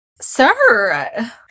Sir